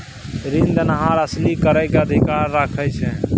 रीन देनहार असूली करइ के अधिकार राखइ छइ